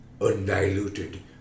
undiluted